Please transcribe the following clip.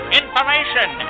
information